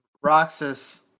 Roxas